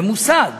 ממוסד,